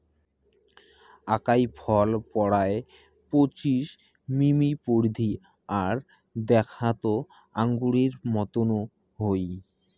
আকাই ফল পরায় পঁচিশ মিমি পরিধি আর দ্যাখ্যাত আঙুরের মতন হই